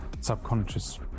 subconscious